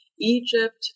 Egypt